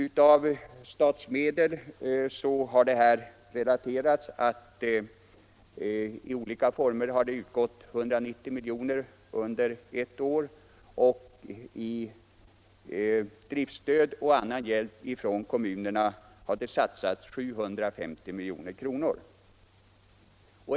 Av statsmedel har, som det här relaterats, i olika former utgått 190 miljoner under ett år. I driftstöd och annan hjälp från kommunerna har det satsats 750 milj.kr.